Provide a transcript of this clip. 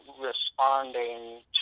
responding